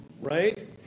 right